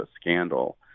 scandal